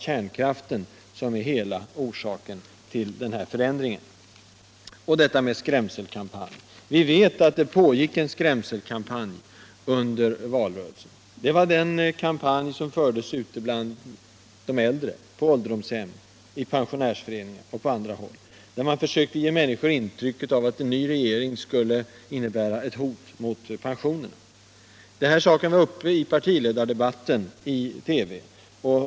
Kärnkraften kan inte vara orsak till hela denna förändring. Nu till detta med skrämselkampanjen. Vi vet att det pågick en skrämselkampanj under valrörelsen. Det var en kampanj som fördes bland de äldre, på ålderdomshem, i pensionärsföreningar och på andra håll. Man försökte ge människor intrycket av att en ny regering skulle innebära ett hot mot pensionen. Denna fråga togs upp i partiledardebatten i TV.